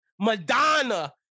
Madonna